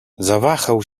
zawahał